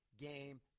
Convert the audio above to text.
game